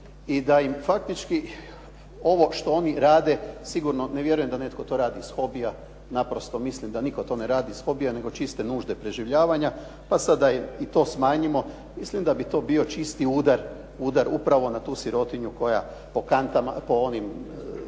i da im faktički ovo što oni rade sigurno, ne vjerujem da netko to radi iz hobija, naprosto mislim da nitko to ne radi iz hobija, nego čiste nužde preživljavanja, pa sad da i to smanjimo mislim da bi to bio čisti udar upravo na tu sirotinju koja po kantama za smeće